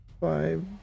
Five